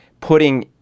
putting